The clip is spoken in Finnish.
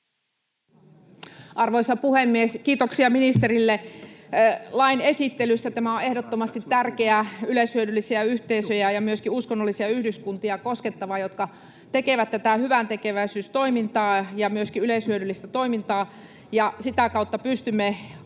Arvoisa puhemies! Kiitoksia ministerille lain esittelystä. Tämä on ehdottomasti tärkeä niille — yleishyödyllisiä yhteisöjä ja myöskin uskonnollisia yhdyskuntia koskettava — jotka tekevät tätä hyväntekeväisyystoimintaa ja myöskin yleishyödyllistä toimintaa. Sitä kautta pystymme auttamaan